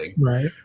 Right